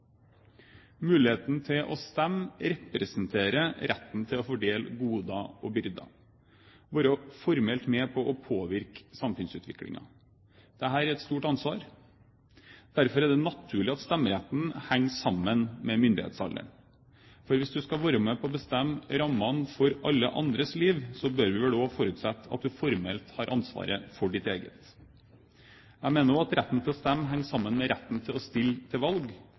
Muligheten til å stemme representerer retten til å fordele goder og byrder, være formelt med på å påvirke samfunnsutviklingen. Dette er et stort ansvar. Derfor er det naturlig at stemmeretten henger sammen med myndighetsalderen. Hvis du skal være med på å bestemme rammene for alle andres liv, bør vi vel forutsette at du formelt har ansvaret for ditt eget. Jeg mener også at retten til å stemme henger sammen med retten til å stille til valg.